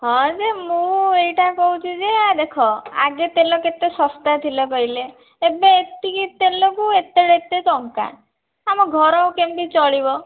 ହଁ ଯେ ମୁଁ ଏଇଟା କହୁଛି ଯେ ଦେଖ ଆଗେ ତେଲ କେତେ ଶସ୍ତା ଥିଲା କହିଲେ ଏବେ ଏତିକି ତେଲକୁ ଏତେ ଏତେ ଟଙ୍କା ଆମ ଘର କେମିତି ଚଳିବ